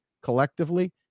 collectively